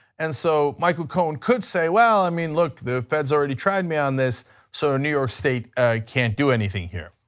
and so michael cohen could say well, i mean look, the feds already tried me on this so new york state can't do anything here.